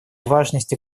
важность